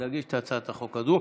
להגיש את הצעת החוק הזו.